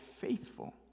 faithful